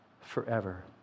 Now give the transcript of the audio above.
forever